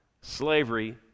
slavery